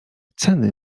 ceny